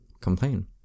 complain